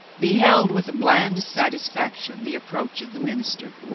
beheld with a bland satisfaction the approach of the minister.